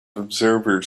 observers